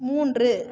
மூன்று